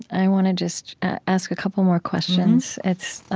i want to just ask a couple more questions. it's,